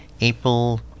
April